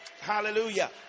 Hallelujah